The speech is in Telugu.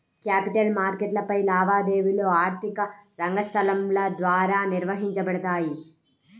క్యాపిటల్ మార్కెట్లపై లావాదేవీలు ఆర్థిక రంగ సంస్థల ద్వారా నిర్వహించబడతాయి